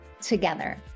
together